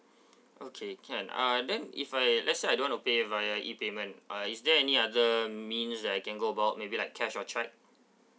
okay can uh then if I let's say I don't want to pay via e payment uh is there any other means that I can go about maybe like cash or check